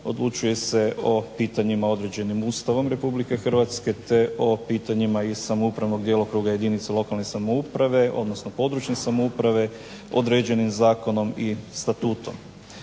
odlučuje se o pitanjima određenim Ustavom Republike Hrvatske te pitanjima iz samoupravnog djelokruga regionalne samouprave odnosno područne samouprave, određenim zakonom i statutom.